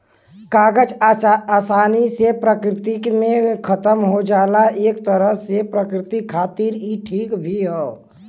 कागज आसानी से प्रकृति में खतम हो जाला एक तरे से प्रकृति खातिर इ ठीक भी हौ